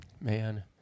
Man